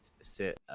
sit